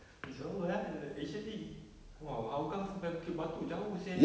!wow! jauh eh actually !wow! hougang sampai bukit batok jauh seh